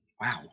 Wow